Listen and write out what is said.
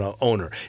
owner